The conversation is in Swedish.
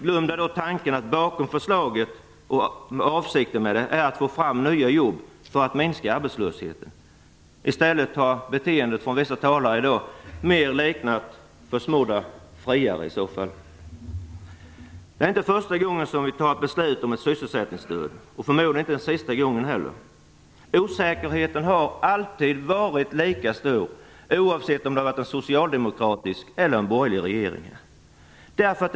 Glömd är tanken att avsikten med förslaget är att få fram nya jobb för att minska arbetslösheten. I stället har beteendet från vissa talare i dag mer liknat försmådda friares. Det är inte första gången som vi fattar beslut om ett sysselsättningsstöd, och förmodligen inte den sista gången heller. Osäkerheten har alltid varit lika stor, oavsett om det har varit en socialdemokratisk eller en borgerlig regeringen som lagt fram förslaget.